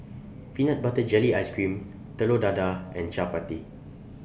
Peanut Butter Gelly Ice Cream Telur Dadah and Chappati